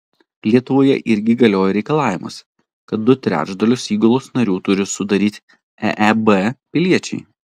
lietuvoje irgi galioja reikalavimas kad du trečdalius įgulos narių turi sudaryti eeb piliečiai